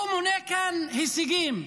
הוא מונה כאן הישגים.